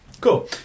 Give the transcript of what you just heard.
Cool